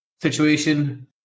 situation